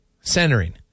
centering